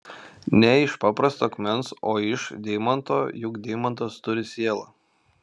ne iš paprasto akmens o iš deimanto juk deimantas turi sielą